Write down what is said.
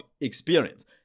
experience